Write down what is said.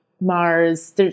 Mars